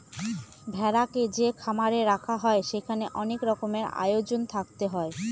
ভেড়াকে যে খামারে রাখা হয় সেখানে অনেক রকমের আয়োজন থাকতে হয়